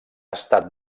estat